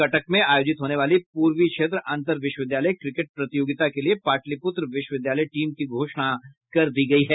कटक में आयोजित होने वाली पूर्वी क्षेत्र अंतर विश्वविद्यालय क्रिकेट प्रतियोगिता के लिए पाटलिपुत्र विश्वविद्यालय टीम की घोषणा कर दी गयी है